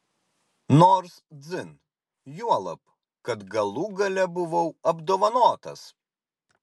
nors dzin juolab kad galų gale buvau apdovanotas